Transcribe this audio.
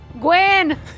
Gwen